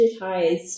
digitized